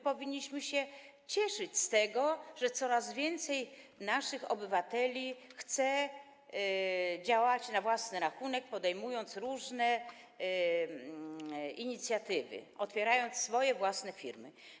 Powinniśmy się cieszyć z tego, że coraz więcej naszych obywateli chce działać na własny rachunek, podejmując różne inicjatywy, otwierając swoje własne firmy.